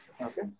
Okay